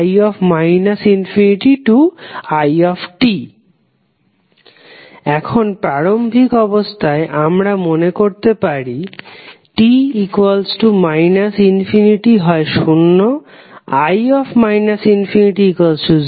iti ∞ এখন প্রারম্ভিক অবস্থায় আমরা মনে করতে পারি t ∞ হয় শুন্য i ∞0